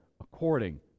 according